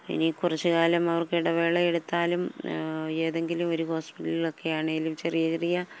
ഇനി കുറച്ചുകാലം അവർക്ക് ഇടവേളയെടുത്താലും ഏതെങ്കിലുമൊരു ഹോസ്പിറ്റലിലൊക്കെയാണെങ്കിലും ചെറിയ ചെറിയ